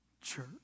Church